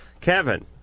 Kevin